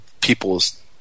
people's